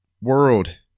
world